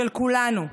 של כולנו,